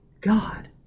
God